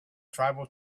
tribal